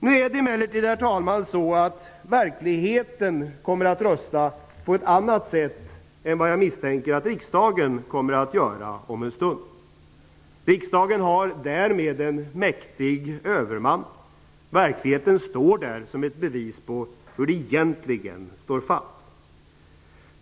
Nu är det emellertid så att verkligheten kommer att rösta på ett annat sätt än jag misstänker att riksdagen om en stund kommer att göra. Riksdagen har därmed en mäktig överman. Verkligheten står där som ett bevis på hur det egentligen är fatt.